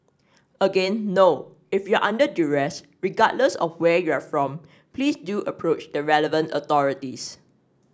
again no if you are under duress regardless of where you are from please do approach the relevant authorities